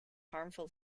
harmful